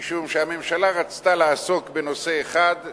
משום שהממשלה רצתה לעסוק בנושא אחד,